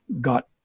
got